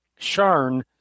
Sharn